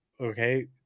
okay